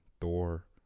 Thor